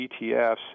ETFs